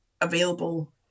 available